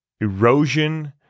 erosion